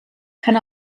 kann